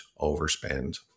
overspend